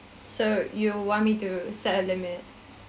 so you want me to set a limit